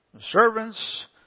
Servants